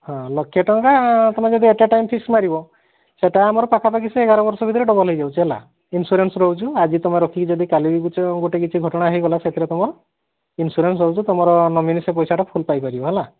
ହଁ ଲକ୍ଷେ ଟଙ୍କା ତମେ ଯଦି ଆଟ୍ ଏ ଟାଇମ୍ ଫିକ୍ସ୍ ମାରିବ ସେଟା ଆମର ପାଖାପାଖି ସେ ଏଗାର ବର୍ଷ ଭିତରେ ଡବଲ୍ ହୋଇଯାଉଛି ହେଲା ଇନସ୍ୟୁରାନ୍ସ୍ ରଉଛୁ ଆଜି ତମେ ରଖିକି ଯଦି କାଲିକି ପଛେ ଗୋଟିଏ କିଛି ଘଟଣା ହୋଇଗଲା ସେଥିରେ ତମ ଇନସ୍ୟୁରାନ୍ସ୍ ରଖୁଛୁ ତମର ନୋମିନି ସେ ପଇସାଟା ଫୁଲ୍ ପାଇପାରିବ ହେଲା